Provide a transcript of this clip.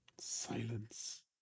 Silence